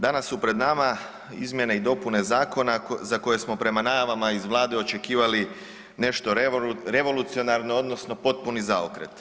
Danas su pred nama izmjene i dopune zakona za koje smo prema najavama iz vlade očekivali nešto revolucionarno odnosno potpuni zaokret.